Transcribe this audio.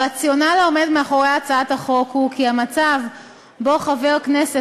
הרציונל העומד מאחורי הצעת החוק הוא שהמצב שבו חבר כנסת